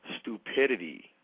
stupidity